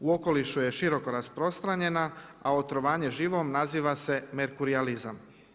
U okolišu je široko rasprostranjena a otrovanje živom naziva se merkurijalizam.